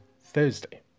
Thursday